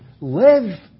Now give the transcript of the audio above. live